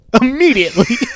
immediately